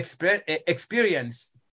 Experience